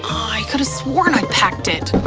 could've sworn i packed it.